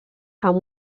amb